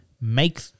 Make